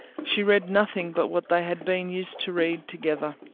she read nothing but what they had been used to read together.